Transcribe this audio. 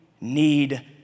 need